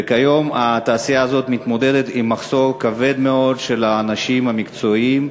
וכיום התעשייה הזאת מתמודדת עם מחסור כבד מאוד של אנשים מקצועיים,